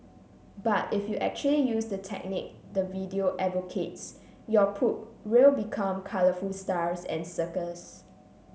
but if you actually use the technique the video advocates your poop will become colourful stars and circles